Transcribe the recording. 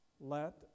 let